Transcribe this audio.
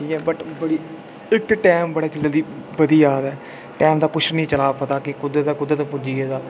time बड़ा बधी जा दा टैम दा कुछ निं चला दा पता निं कुद्धर दा कुद्धर पुज्जी गेदा